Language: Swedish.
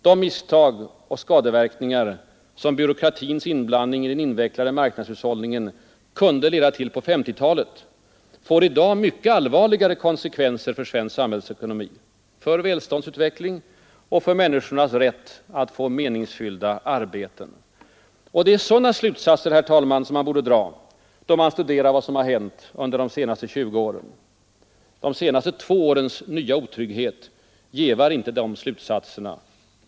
De misstag och skadeverkningar som byråkratins inblandning i den invecklade marknadshushållningen kunde leda till på 1950 talet får i dag mycket allvarligare konsekvenser för svensk samhällsekonomi, för välståndsutvecklingen och för människornas rätt att få meningsfyllda arbeten. Det är sådana slutsatser man borde dra, när man studerar vad som hänt under de senaste 20 åren. Och de senaste två årens nya otrygghet jävar inte dessa slutsatser.